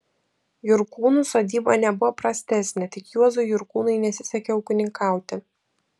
jurkūnų sodyba nebuvo prastesnė tik juozui jurkūnui nesisekė ūkininkauti